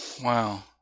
Wow